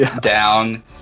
down